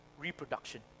reproduction